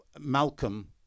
Malcolm